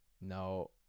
No